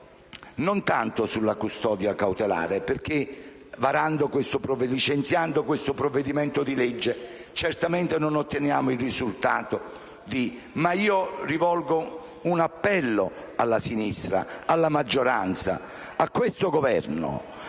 tanto alla custodia cautelare, perché, licenziando questo provvedimento di legge, certamente non otteniamo il risultato sperato. Vorrei però rivolgere un appello alla sinistra, alla maggioranza, a questo Governo: